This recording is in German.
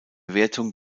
wertung